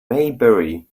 maybury